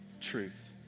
truth